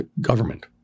government